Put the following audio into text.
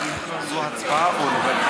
כמה זמן אתה מדבר?